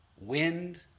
wind